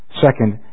Second